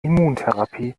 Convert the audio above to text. immuntherapie